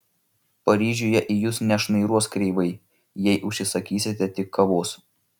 paryžiuje į jus nešnairuos kreivai jei užsisakysite tik kavos